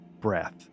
breath